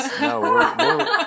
no